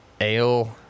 ale